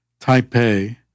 Taipei